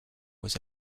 was